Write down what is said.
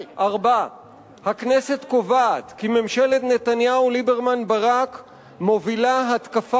4. הכנסת קובעת כי ממשלת נתניהו-ליברמן-ברק מובילה התקפה